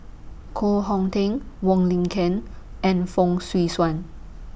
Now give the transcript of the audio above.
Koh Hong Teng Wong Lin Ken and Fong Swee Suan